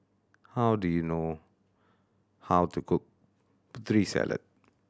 how do you know how to cook Putri Salad